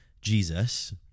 Jesus